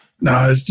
No